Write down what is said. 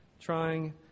Trying